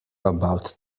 about